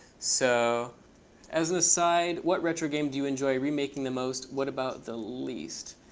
so as an aside, what retro game do you enjoy remaking the most? what about the least?